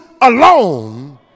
alone